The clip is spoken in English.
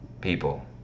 people